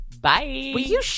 Bye